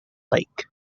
lake